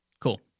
cool